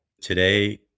today